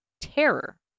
terror